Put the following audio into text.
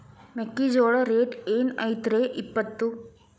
ಮೆಕ್ಕಿಜೋಳ ರೇಟ್ ಏನ್ ಐತ್ರೇ ಇಪ್ಪತ್ತು?